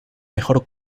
mejor